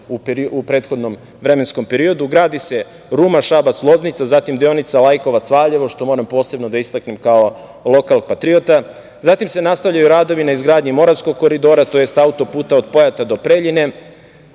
u prethodnom vremenskom periodu. Gradi se Ruma – Šabac – Loznica, zatim deonica Lajkovac – Valjevo, što moram posebno da istaknem kao lokalpatriota, zatim se nastavljaju radovi na izgradnji Moravskog koridora, tj. auto-puta od Pojata do Preljine.